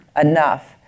enough